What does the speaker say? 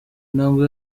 ntango